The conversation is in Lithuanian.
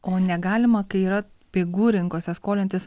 o negalima kai yra pinigu rinkose skolintis